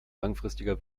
langfristiger